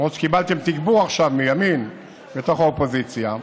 למרות שקיבלתם תגבור עכשיו מימין לתוך האופוזיציה,